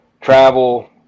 travel